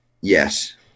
Yes